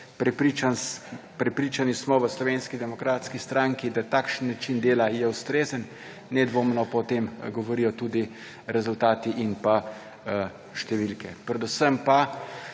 Prepričani smo v Slovenski demokratski stranki, da takšen način dela je ustrezen. Nedvomno pa o tem govorijo tudi rezultati in pa številke. Predvsem pa